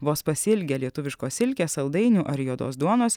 vos pasiilgę lietuviškos silkės saldainių ar juodos duonos